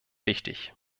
wichtig